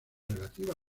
relativa